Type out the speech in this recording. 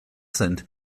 sind